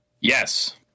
Yes